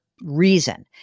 reason